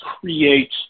create